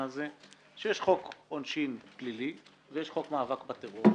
הזה שיש חוק עונשין פלילי ויש חוק מאבק בטרור,